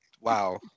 Wow